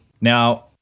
Now